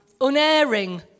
Unerring